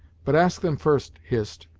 but ask them first, hist,